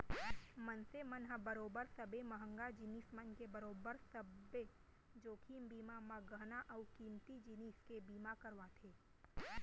मनसे मन ह बरोबर सबे महंगा जिनिस मन के बरोबर सब्बे जोखिम बीमा म गहना अउ कीमती जिनिस के बीमा करवाथे